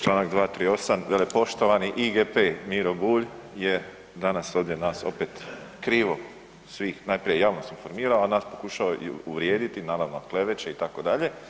Članak 238. velepoštovani IGP-e, Miro Bulj je danas ovdje nas opet krivo svih najprije javnost informirao, a n as pokušao i uvrijediti, naravno kleveće itd.